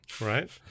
right